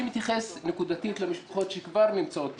אני מתייחס נקודתית למשפחות שכבר נמצאות בפרויקט,